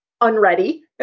unready